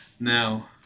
Now